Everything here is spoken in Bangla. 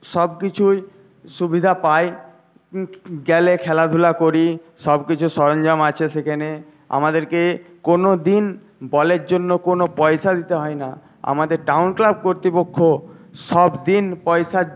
সব কিছুই সুবিধা পাই গেলে খেলাধুলা করি সব কিছু সরঞ্জাম আছে সেখানে আমাদেরকে কোন দিন বলের জন্য কোন পয়সা দিতে হয় না আমাদের টাউন ক্লাব কর্তৃপক্ষ সব দিন পয়সা